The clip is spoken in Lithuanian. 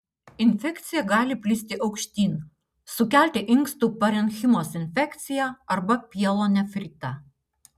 infekcija gali plisti aukštyn sukelti inkstų parenchimos infekciją arba pielonefritą